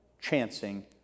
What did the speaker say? chancing